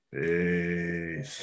Hey